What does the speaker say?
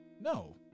No